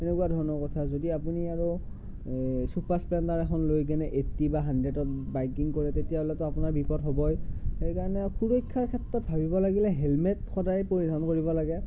তেনেকুৱা ধৰণৰ কথা যদি আপুনি আৰু এই চুপাৰ স্প্লেণ্ডাৰ এখন লৈ কেনে এইটি বা হানড্ৰেডত বাইকিং কৰোঁ তেতিয়াহ'লেতো আপোনাৰ বিপদ হ'বই সেইকাৰণে সুৰক্ষাৰ ক্ষেত্ৰত ভাবিব লাগিলে হেলমেট সদায় পৰিধান কৰিব লাগে